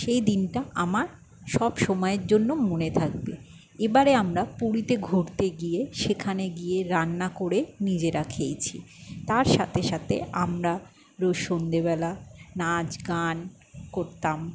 সেই দিনটা আমার সব সময়ের জন্য মনে থাকবে এবারে আমরা পুরীতে ঘুরতে গিয়ে সেখানে গিয়ে রান্না করে নিজেরা খেয়েছি তার সাতে সাতে আমরা রোজ সন্ধেবেলা নাচ গান করতাম